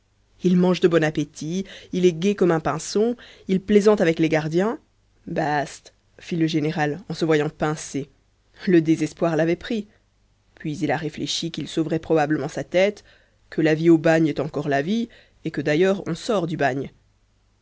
il mange de bon appétit il est gai comme un pinson il plaisante avec les gardiens bast fit le général en se voyant pincé le désespoir l'avait pris puis il a réfléchi qu'il sauverait probablement sa tête que la vie au bagne est encore la vie et que d'ailleurs on sort du bagne